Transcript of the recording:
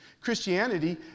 Christianity